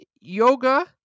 yoga